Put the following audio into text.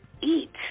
eat